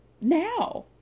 now